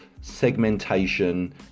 segmentation